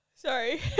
Sorry